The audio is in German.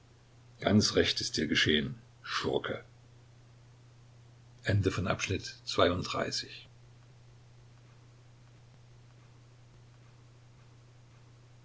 ganz recht ist dir geschehen schurke